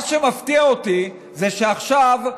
מה שמפתיע אותי זה שעכשיו,